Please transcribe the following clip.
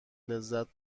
لذت